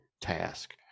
task